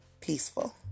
peaceful